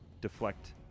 deflect